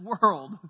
world